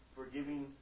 forgiving